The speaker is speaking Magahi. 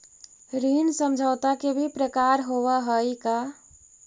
ऋण समझौता के भी प्रकार होवऽ हइ का?